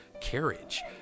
carriage